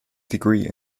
degree